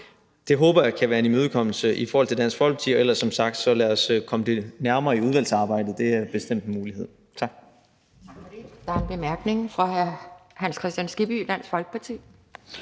det håber jeg kan være en imødekommelse af Dansk Folkeparti. Men lad os ellers komme det nærmere i udvalgsarbejdet. Det er bestemt en mulighed. Tak.